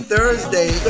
Thursday